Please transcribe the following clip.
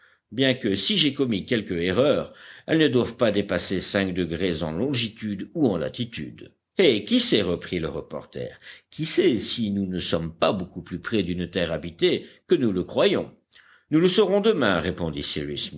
bien que si j'ai commis quelque erreur elle ne doive pas dépasser cinq degrés en longitude ou en latitude eh qui sait reprit le reporter qui sait si nous ne sommes pas beaucoup plus près d'une terre habitée que nous ne le croyons nous le saurons demain répondit